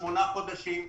שמונה חודשים,